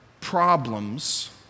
problems